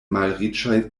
malriĉaj